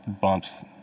Bumps